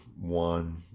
one